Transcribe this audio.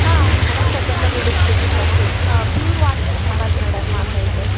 అవును madam Peddapalli district ఇక్కడ pure water కావాలి మ్యాడమ్ మాకు అయితే